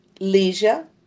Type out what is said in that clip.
leisure